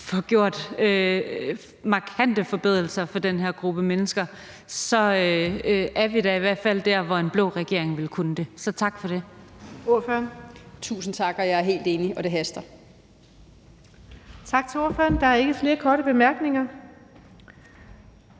få lavet markante forbedringer for den her gruppe mennesker, så er vi da i hvert fald der, hvor en blå regering ville kunne gøre det. Så tak for det.